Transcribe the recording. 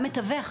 גם מתווך,